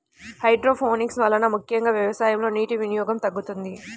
hydroponics వలన ముఖ్యంగా వ్యవసాయంలో నీటి వినియోగం తగ్గుతుంది